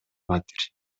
батир